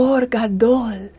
Orgadol